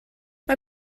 mae